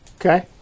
Okay